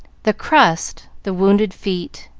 the crust, the wounded feet,